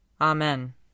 Amen